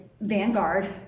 vanguard